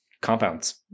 compounds